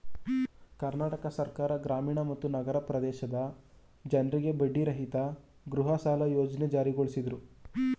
ಕರ್ನಾಟಕ ಸರ್ಕಾರ ಗ್ರಾಮೀಣ ಮತ್ತು ನಗರ ಪ್ರದೇಶದ ಜನ್ರಿಗೆ ಬಡ್ಡಿರಹಿತ ಗೃಹಸಾಲ ಯೋಜ್ನೆ ಜಾರಿಗೊಳಿಸಿದ್ರು